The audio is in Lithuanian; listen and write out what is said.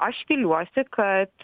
aš viliuosi kad